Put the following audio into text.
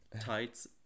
tights